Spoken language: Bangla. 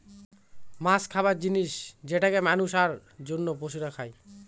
মাছ খাবার জিনিস যেটাকে মানুষ, আর অন্য পশুরা খাই